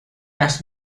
ask